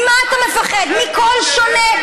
ממה אתה מפחד, מקול שונה?